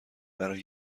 برای